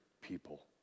people